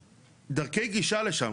דרכי גישה לשם,